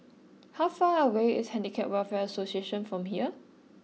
how far away is Handicap Welfare Association from here